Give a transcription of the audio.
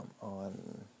on